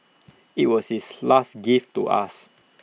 IT was his last gift to us